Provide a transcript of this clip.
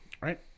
Right